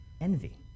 envy